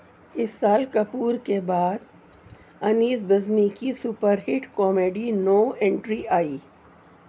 اس سال کپور کے بعد انیس بزمی کی super hit comedy no entry آئی